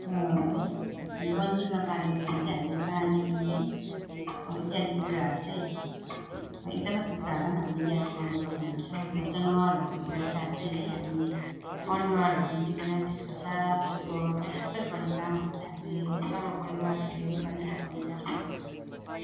तर है जन्जिरमा पालेका छौँ भने चाहिँ हामीले पानी है इत्यादि कुराहरू चाहिँ एकदम कुखुरालाई पनि हामीले याद गर्नु पर्ने हुन्छ र जनावरहरूको हेरचाह चाहिँ है हामी परिवारहरू मिलीकन त्यसको सफा सुग्घर है सब गर्ने कामहरू चाहिँ हामी है सर्व परिवारहरू मिलीकन नै गर्ने गर्छौँ